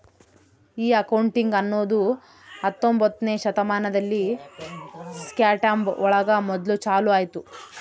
ಈ ಅಕೌಂಟಿಂಗ್ ಅನ್ನೋದು ಹತ್ತೊಂಬೊತ್ನೆ ಶತಮಾನದಲ್ಲಿ ಸ್ಕಾಟ್ಲ್ಯಾಂಡ್ ಒಳಗ ಮೊದ್ಲು ಚಾಲೂ ಆಯ್ತು